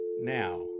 Now